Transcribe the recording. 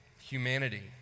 humanity